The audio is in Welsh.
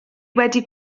wedi